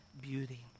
beauty